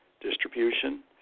distribution